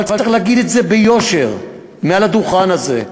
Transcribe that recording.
אבל צריך להגיד ביושר, מעל הדוכן הזה,